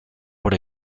por